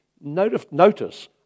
notice